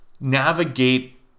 navigate